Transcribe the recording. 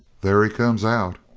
there he comes out!